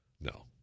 No